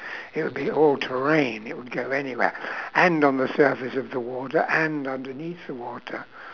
it would be all terrain it would go anywhere and on the surface of the water and underneath the water